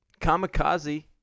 Kamikaze